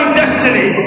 destiny